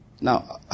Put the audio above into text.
Now